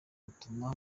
utuma